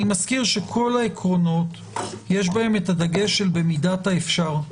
אני מזכיר שבכל העקרונות יש הדגש של במידת האפשר.